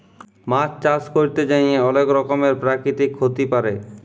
মাছ চাষ ক্যরতে যাঁয়ে অলেক রকমের পেরাকিতিক ক্ষতি পারে